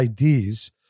IDs